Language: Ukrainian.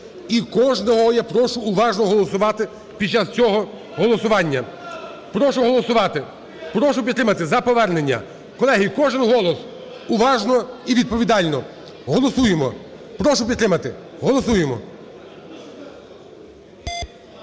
І кожного я прошу уважно голосувати під час цього голосування. Прошу голосувати. Прошу підтримати за повернення. Колеги, кожен голос, уважно і відповідально голосуємо. Прошу підтримати. Голосуємо.